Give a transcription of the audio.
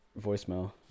voicemail